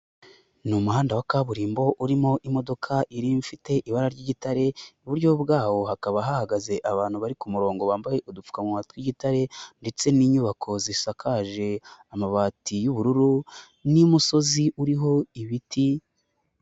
Ni umuhanda wa kaburimbo, urimo imodoka nini ifite ibara ry'igitare, iburyo bwawo hakaba hahagaze abantu bari ku murongo, bambaye udupfukamunwa tw'igitare, ndetse n'inyubako zisakaje amabati y'ubururu, n'umusozi uriho ibiti byinshi.